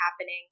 happening